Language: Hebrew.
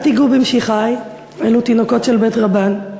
אל תיגעו במשיחי, אלו תינוקות של בית-רבן.